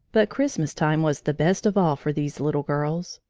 but christmas time was the best of all for these little girls.